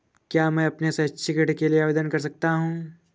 क्या मैं अपने शैक्षिक ऋण के लिए आवेदन कर सकता हूँ?